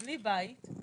בלי בית,